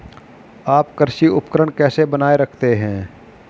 आप कृषि उपकरण कैसे बनाए रखते हैं?